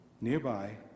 nearby